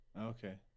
Okay